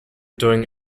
doing